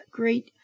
great